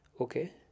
Okay